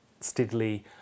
steadily